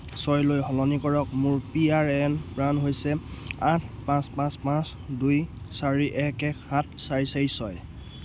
ছয়লৈ সলনি কৰক মোৰ পি আৰ এন প্ৰান হৈছে আঠ পাঁচ পাঁচ পাঁচ দুই চাৰি এক এক সাত চাৰি চাৰি ছয়